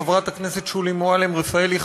חברת הכנסת שולי מועלם-רפאלי,